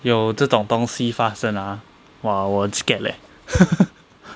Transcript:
有这种东西发生 ah !wah! 我 scared leh